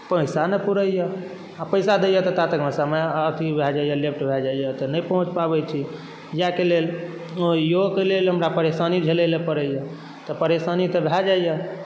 पैसा नहि पुरैया आ पैसा दैया ता तकमे समय अथी भय जाइया लेफ्ट भऽ जाइया तऽ नहि पहुँच पाबै छी इएहके लेल इहोके लेल हमरा परेशानी झेलऽ लए पड़ैया तऽ परेशानी तऽ भय जाइया